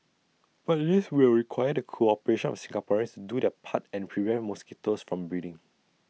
but this will require the cooperation of Singaporeans do their part and prevent mosquitoes from breeding